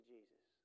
Jesus